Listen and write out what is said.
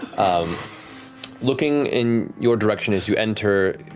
um looking in your direction as you enter.